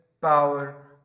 power